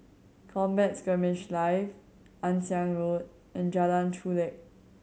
Combat Skirmish Live Ann Siang Road in Jalan Chulek